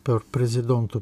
per prezidento